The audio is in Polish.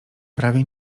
prawie